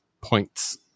points